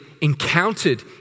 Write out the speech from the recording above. encountered